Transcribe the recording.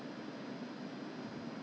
eh this one is no alcohol